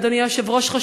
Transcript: ואדוני היושב-ראש,